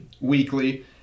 weekly